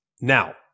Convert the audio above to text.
Now